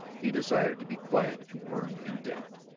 he desired to be quiet and firm and deft.